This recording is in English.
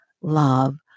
love